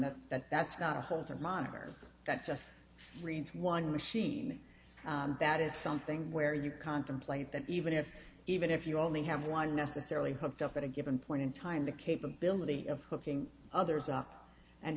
that that that's not a holter monitor that just reads one machine that is something where you contemplate that even if even if you only have one necessarily hooked up at a given point in time the capability of hooking others up and